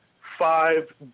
five